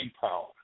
power